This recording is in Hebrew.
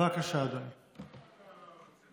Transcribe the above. בבקשה, אדוני.